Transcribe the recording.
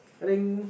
I think